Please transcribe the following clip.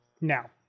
Now